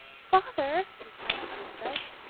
father, replied the princess,